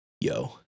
yo